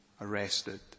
arrested